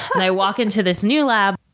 and i walk into this new lab,